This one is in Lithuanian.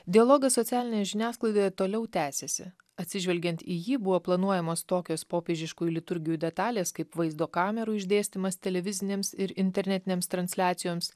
dialogas socialinėje žiniasklaidoje toliau tęsiasi atsižvelgiant į jį buvo planuojamos tokios popiežiškųjų liturgijų detalės kaip vaizdo kamerų išdėstymas televizinėms ir internetinėms transliacijoms